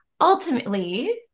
ultimately